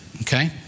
Okay